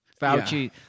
Fauci